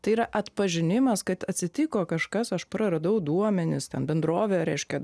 tai yra atpažinimas kad atsitiko kažkas aš praradau duomenis ten bendrovė reiškia